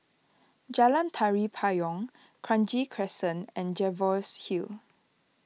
Jalan Tari Payong Kranji Crescent and Jervois Hill